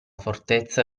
fortezza